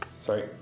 Sorry